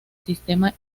sistema